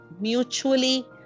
mutually